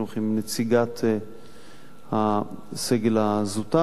עם נציגת הסגל הזוטר,